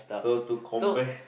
so to combat